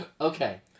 okay